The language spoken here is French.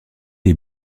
les